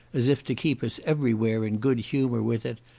as if to keep us every where in good humour with it,